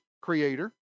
creator